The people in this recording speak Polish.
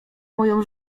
moją